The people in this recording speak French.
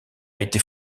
été